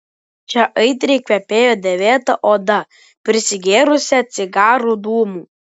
čia aitriai kvepėjo dėvėta oda prisigėrusią cigarų dūmų